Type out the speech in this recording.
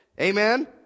Amen